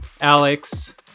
Alex